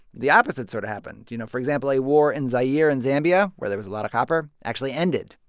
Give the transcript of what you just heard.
the opposite sort of happened. you know, for example, a war in zaire and zambia, where there was a lot of copper, actually ended.